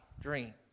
dream